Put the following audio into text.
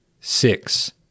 Six